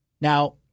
Now